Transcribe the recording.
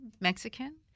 Mexican